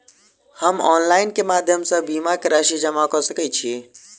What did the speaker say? हम ऑनलाइन केँ माध्यम सँ बीमा केँ राशि जमा कऽ सकैत छी?